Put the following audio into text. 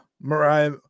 mariah